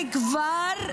איזו זכות יש לך לדבר?